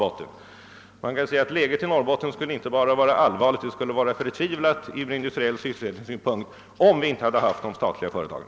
Man kan därför säga att läget i Norrbotten inte bara skulle vara allvarligt utan förtvivlat från den industriella sysselsättningens synpunkt, om vi inte hade haft de statliga företagen.